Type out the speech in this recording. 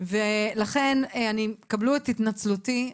קבלו את התנצלותי,